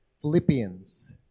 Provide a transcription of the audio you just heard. Philippians